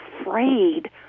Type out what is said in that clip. afraid